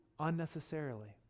unnecessarily